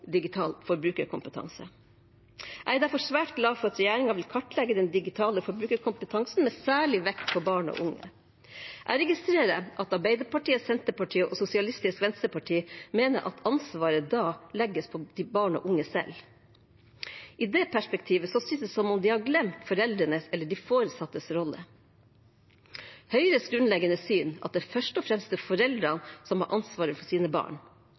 digital forbrukerkompetanse. Jeg er derfor svært glad for at regjeringen vil kartlegge den digitale forbrukerkompetansen med særlig vekt på barn og unge. Jeg registrerer at Arbeiderpartiet, Senterpartiet og Sosialistisk Venstreparti mener at ansvaret da legges på barn og unge selv. I det perspektivet synes det som om de har glemt foreldrenes eller de foresattes rolle. Høyres grunnleggende syn er at det først og fremst er foreldrene som har ansvaret for sine barn.